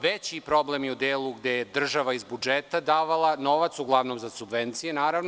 Veći problem je u delu gde je država iz budžeta davala novac, uglavnom za subvencije, naravno.